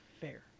Fair